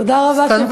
תודה רבה שבאתם.